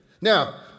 Now